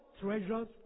treasures